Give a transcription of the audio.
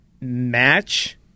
match